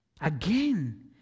again